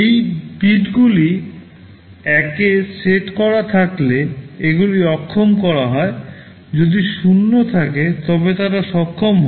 এই bitগুলি 1 তে সেট করা থাকলে এগুলি অক্ষম করা হয় যদি 0 থাকে তবে তারা সক্ষম হয়